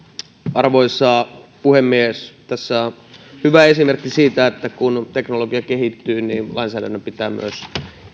arvoisa puhemies tässä on hyvä esimerkki siitä että kun teknologia kehittyy niin myös lainsäädännön pitää